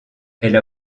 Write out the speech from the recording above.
elle